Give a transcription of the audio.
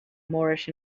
moorish